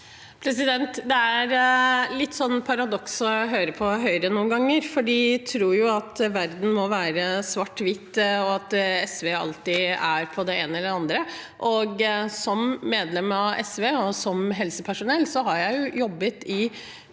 Det er litt para- doksalt å høre på Høyre noen ganger, for de tror at verden må være svart-hvit, og at SV alltid mener det ene eller det andre. Som medlem av SV og som helsepersonell har jeg jobbet